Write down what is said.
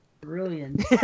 Brilliant